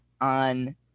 on